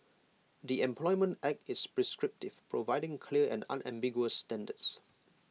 the employment act is prescriptive providing clear and unambiguous standards